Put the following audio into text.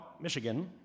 Michigan